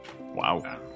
Wow